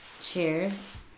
cheers